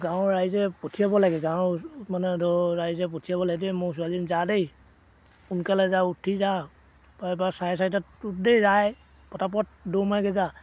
গাঁৱৰ ৰাইজে পঠিয়াব লাগে গাঁৱৰ মানে ধৰক ৰাইজে পঠিয়াব লাগে মোৰ ছোৱালীজনী যা দেই সোনকালে যা উঠি যা তাৰপৰা চাৰে চাৰিটাত উঠ দেই আই পটাপট দৌৰ মাৰগৈ যা